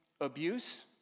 abuse